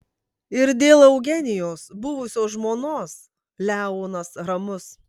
ir dėl eugenijos buvusios žmonos leonas ramus